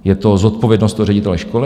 Je to zodpovědnost ředitele školy.